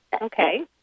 Okay